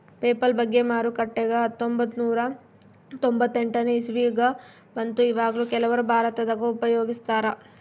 PayPal ಬಗ್ಗೆ ಮಾರುಕಟ್ಟೆಗ ಹತ್ತೊಂಭತ್ತು ನೂರ ತೊಂಬತ್ತೆಂಟನೇ ಇಸವಿಗ ಬಂತು ಈವಗ್ಲೂ ಕೆಲವರು ಭಾರತದಗ ಉಪಯೋಗಿಸ್ತರಾ